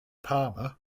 palmer